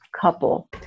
couple